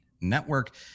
Network